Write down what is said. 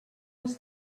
was